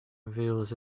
reveals